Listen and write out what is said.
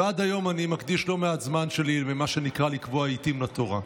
ועד היום אני מקדיש לא מעט זמן שלי למה שנקרא לקבוע עיתים לתורה.